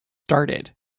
started